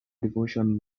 devotion